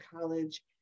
college